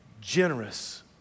generous